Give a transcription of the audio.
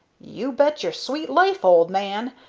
you bet your sweet life, old man!